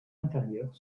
intérieur